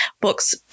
books